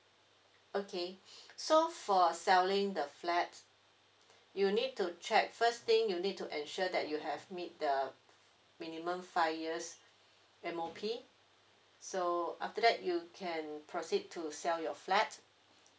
okay so for selling the flat you need to check first thing you need to ensure that you have meet the minimum five years M_O_P so after that you can proceed to sell your flat